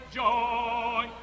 joy